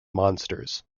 monsters